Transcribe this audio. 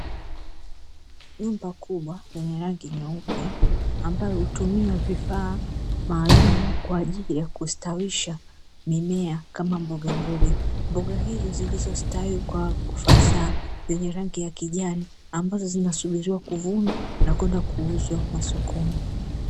Nyumba kubwa ya rangi nyeupe ambayo hutumia vifaa maalumu kwa ajili ya kustawisha mimea kama mbogamboga, mboga hizo zilizostawi kwa ufasaha kwa rangi ya kijani, ambazo zinasubiriwa kuvunwa na kwenda kuuzwa sokoni.